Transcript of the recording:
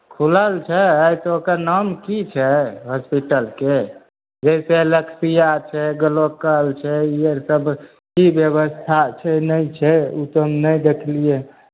खुलल छै अइ तऽ ओकर नाम की छै हॉस्पिटलके जइसे एलैक्सिया छै ग्लोकल छै ई अर सभ की व्यवस्था छै नहि छै ओ तऽ हम नहि देखलियै